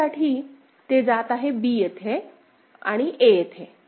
d साठी ते जात आहे b येथे आणि a येथे